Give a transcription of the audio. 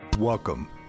Welcome